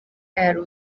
yari